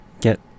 get